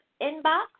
inbox